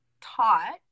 taught